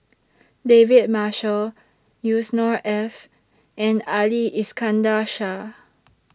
David Marshall Yusnor Ef and Ali Iskandar Shah